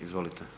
Izvolite.